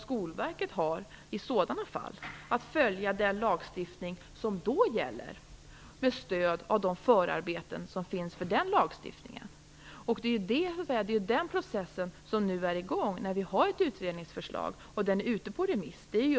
Skolverket har i sådana fall att följa den lagstiftning som då gäller med stöd av de förarbeten som finns för denna lagstiftning. Det är den processen som nu är i gång. Vi har ett utredningsförslag och frågan är ute på remissbehandling.